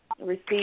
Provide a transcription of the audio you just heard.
receive